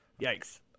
Yikes